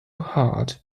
hard